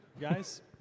Guys